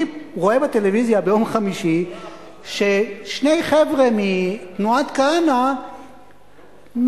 אני רואה בטלוויזיה ביום חמישי ששני חבר'ה מתנועת כהנא מבזים,